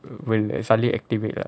will suddenly activate lah